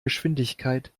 geschwindigkeit